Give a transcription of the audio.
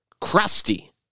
crusty